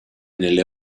nelle